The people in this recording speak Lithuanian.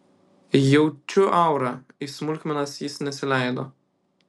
jaučiu aurą į smulkmenas jis nesileido